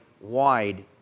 wide